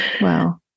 Wow